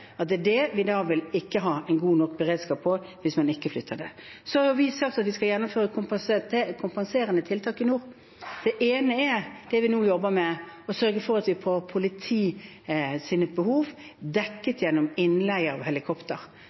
er dette vi da ikke vil ha en god nok beredskap for hvis man ikke flytter dem. Så har vi sagt at vi skal gjennomføre kompenserende tiltak i nord. Det ene er det vi nå jobber med – å sørge for at vi får politiets behov dekket gjennom innleie av